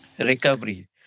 recovery